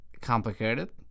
complicated